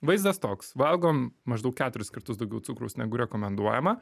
vaizdas toks valgom maždaug keturis kartus daugiau cukraus negu rekomenduojama